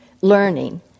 learning